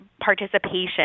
participation